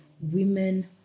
women